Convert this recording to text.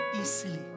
easily